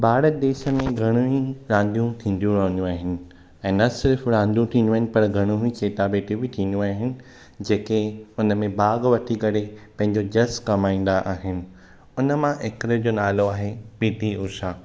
भारत देश में घणियूं ई रांदियूं थींदियूं रहंदियूं आहिनि ऐं न सिर्फ़ु रांदियूं थीदियूं आहिनि पर घणियूं में चेटा भेटियूं बि थींदियूं आहिनि जेके हुनमें भागु वठी करे पंहिंजो जसु कमाईंदा आहिनि उनमां हिकिड़े जो नालो आहे पी टी उषा